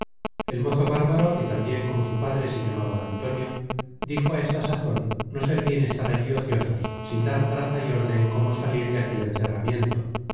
el mozo bárbaro que tambien como su padre se llamaba antonio dijo á esta sazon no ser bien estar allí ociosos sin sazon no content from google book search generated at dar traza y orden como salir de aquel encerramiento